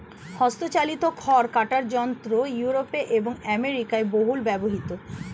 হস্তচালিত খড় কাটা যন্ত্র ইউরোপে এবং আমেরিকায় বহুল ব্যবহৃত